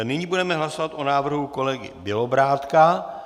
Nyní budeme hlasovat o návrhu kolegy Bělobrádka.